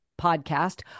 podcast